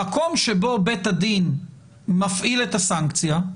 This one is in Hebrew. במקום שבו בית הדין מפעיל את הסנקציה,